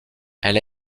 elle